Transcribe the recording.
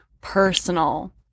personal